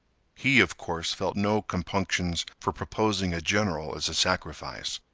he of course felt no compunctions for proposing a general as a sacrifice.